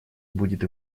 будет